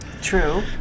True